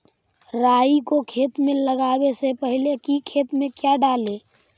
राई को खेत मे लगाबे से पहले कि खेत मे क्या डाले?